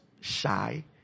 shy